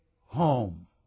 home